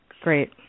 Great